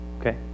okay